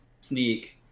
Sneak